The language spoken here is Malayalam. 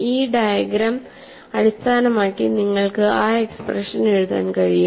ഈ ഡയഗ്രം അടിസ്ഥാനമാക്കി നിങ്ങൾക്ക് ആ എക്സ്പ്രഷൻ എഴുതാൻ കഴിയും